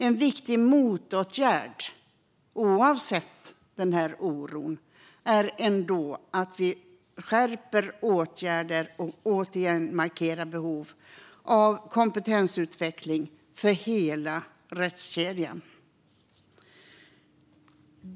En viktig motåtgärd, oavsett oron, är att vi skärper åtgärder och återigen markerar behovet av kompetensutveckling för hela rättskedjan.